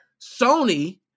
Sony